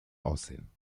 aussehen